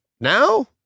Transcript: now